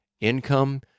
income